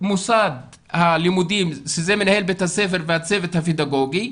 מוסד הלימודים שזה מנהל בית הספר והצוות הפדגוגי,